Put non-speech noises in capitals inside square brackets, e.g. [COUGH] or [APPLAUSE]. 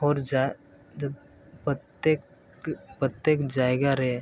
ᱦᱚᱨ [UNINTELLIGIBLE] ᱯᱨᱚᱛᱮᱠ ᱯᱨᱚᱛᱮᱠ ᱡᱟᱭᱜᱟ ᱨᱮ